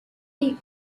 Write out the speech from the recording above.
yale